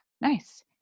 Nice